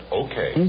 okay